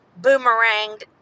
boomeranged